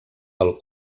pel